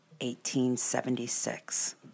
1876